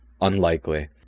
unlikely